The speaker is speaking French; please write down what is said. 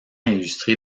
illustré